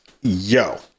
Yo